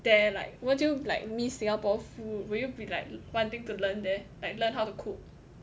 there like won't you like miss Singapore food would you be like wanting to learn there like learn how to cook